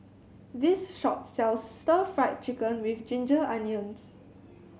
this shop sells Stir Fried Chicken with Ginger Onions